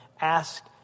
ask